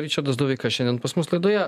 ričardas doveika šiandien pas mus laidoje